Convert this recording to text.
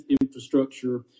infrastructure